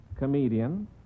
Comedian